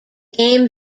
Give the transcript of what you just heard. game